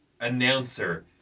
announcer